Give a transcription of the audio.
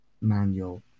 manual